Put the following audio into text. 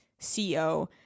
CEO